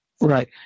Right